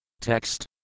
Text